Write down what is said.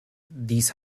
dies